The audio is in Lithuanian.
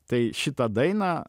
tai šitą dainą